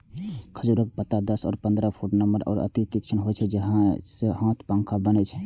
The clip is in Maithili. खजूरक पत्ता दस सं पंद्रह फुट नमहर आ अति तीक्ष्ण होइ छै, जाहि सं हाथ पंखा बनै छै